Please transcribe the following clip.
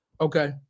Okay